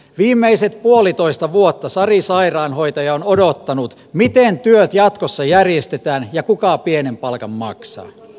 viimeiset puolitoista vuotta sari sairaanhoitaja on odottanut miten työt jatkossa järjestetään ja kuka pienen palkan maksaa